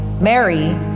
Mary